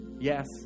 Yes